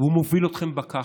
והוא מוביל אתכם בכחש,